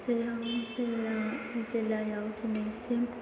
चिरां जिल्लायाव दिनैसिम